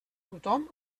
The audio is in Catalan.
tothom